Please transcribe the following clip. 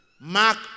Mark